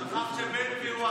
שכחת שבן גביר הוא השר הממונה?